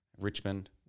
Richmond